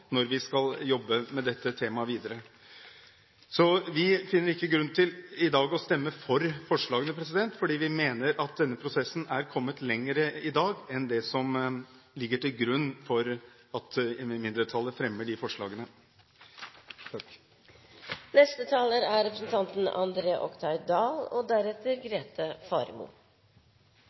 når vi skal jobbe med dette temaet videre. Vi finner i dag ikke grunn til å stemme for forslagene, fordi vi mener at denne prosessen er kommet lenger i dag enn det som ligger til grunn for at mindretallet fremmer disse forslagene. Det siste om at vi vil ha mindre byråkrati og